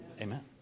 amen